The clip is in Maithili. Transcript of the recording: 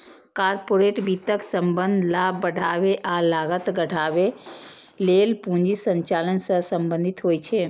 कॉरपोरेट वित्तक संबंध लाभ बढ़ाबै आ लागत घटाबै लेल पूंजी संचालन सं संबंधित होइ छै